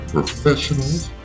Professionals